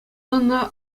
ӑна